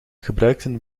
gebruikten